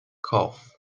cough